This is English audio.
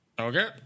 Okay